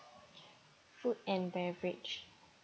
food and beverage